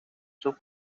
sus